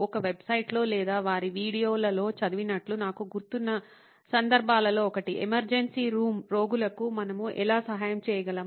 ఒక వెబ్సైట్లో లేదా వారి వీడియోలలో చదివినట్లు నాకు గుర్తున్న సందర్భాలలో ఒకటి 'ఎమర్జెన్సీ రూమ్ రోగులకు మనము ఎలా సహాయం చేయగలం